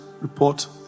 report